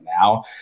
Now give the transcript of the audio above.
now